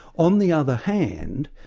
on the other hand,